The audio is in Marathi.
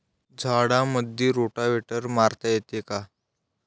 झाडामंदी रोटावेटर मारता येतो काय?